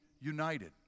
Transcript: united